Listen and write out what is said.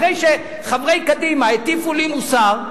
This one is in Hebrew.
אחרי שחברי קדימה הטיפו לי מוסר,